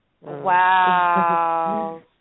Wow